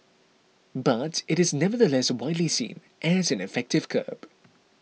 but it is nevertheless widely seen as an effective curb